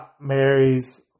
Mary's